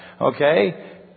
okay